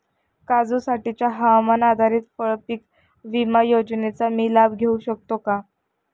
काजूसाठीच्या हवामान आधारित फळपीक विमा योजनेचा मी लाभ घेऊ शकतो का?